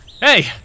Hey